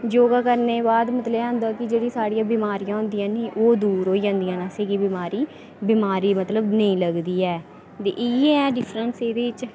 योगा करने दे बाद मतलब केह् होंदा कि साढ़ियां बमारियां दूर होई जंदियां बमारी मतलब नेईं लगदी ऐ ते इ'यै डिफरैंस एह्दे बिच